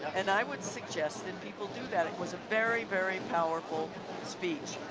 and i would suggest and people do that it was a very very powerful speech.